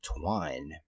twine